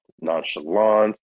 nonchalant